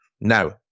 Now